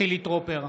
חילי טרופר,